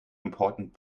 important